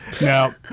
Now